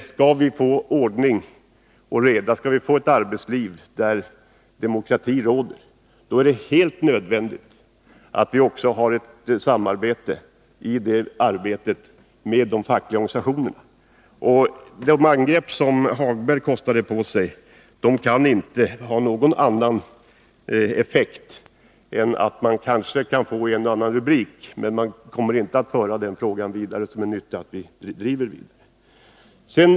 Skall vi få ordning och reda, skall vi få ett arbetsliv där demokrati råder, är det helt nödvändigt att vi också samarbetar med de fackliga organisationerna. Det angrepp som Lars-Ove Hagberg kostade på sig kan inte ha någon annan effekt än att det kanske ger en och annan rubrik. Men det kommer inte att föra frågan framåt i den riktning som är önskvärd.